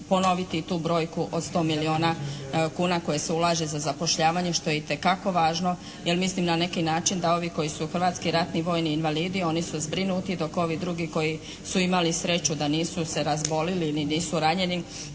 ponoviti i tu brojku od 100 milijuna kuna koje se ulaže za zapošljavanje što je itekako važno jer mislim na neki način da ovi koji su hrvatski ratni vojni invalidi, oni su zbrinuti, dok ovi drugi koji su imali sreću da nisu se razbolili ni nisu ranjeni